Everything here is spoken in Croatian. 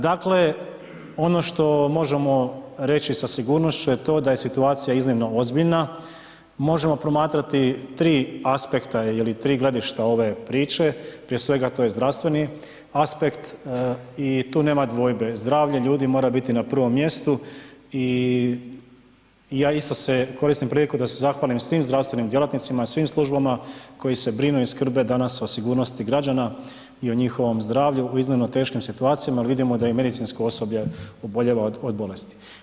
Dakle, ono što možemo reći sa sigurnošću je to da je situacija iznimno ozbiljna, možemo promatrati 3 aspekta ili 3 gledišta ove priče, prije svega to je zdravstveni aspekt i tu nema dvojbe, zdravlje ljudi mora biti na prvom mjestu i ja isto koristim priliku da se zahvalim svim zdravstvenim djelatnicima, svim službama koje se brinu i skrbe danas o sigurnosti građana i o njihovom zdravlju u iznimno teškim situacijama jer vidimo da je i medicinsko osoblje oboljelo od bolesti.